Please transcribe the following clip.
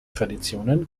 traditionen